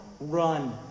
run